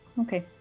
okay